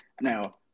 now